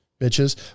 bitches